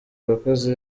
abakozi